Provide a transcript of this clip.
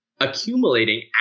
accumulating